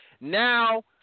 Now